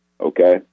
Okay